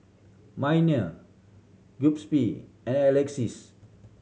Minor Giuseppe and Alexis